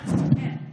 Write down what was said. כן.